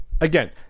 again